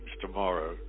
tomorrow